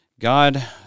God